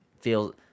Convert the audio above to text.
feels